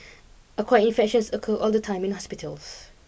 acquired infections occur all the time in hospitals